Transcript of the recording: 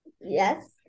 Yes